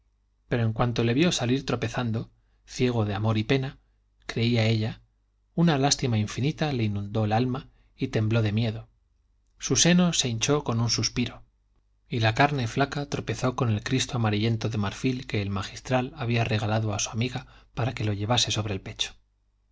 pero en cuanto le vio salir tropezando ciego de amor y pena creía ella una lástima infinita le inundó el alma y tembló de miedo su seno se hinchó con un suspiro y la carne flaca tropezó con el cristo amarillento de marfil que el magistral había regalado a su amiga para que lo llevase sobre el pecho